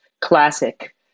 classic